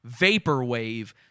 vaporwave